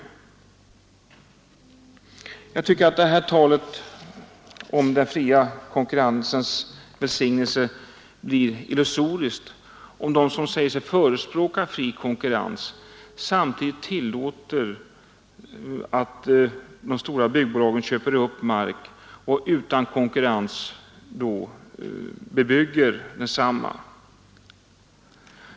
Jag tycker att talet om den fria konkurrensens välsignelse blir illusoriskt om de som säger sig förespråka fri konkurrens samtidigt tillåter att de stora byggbolagen köper upp mark och utan konkurrens bebygger densamma.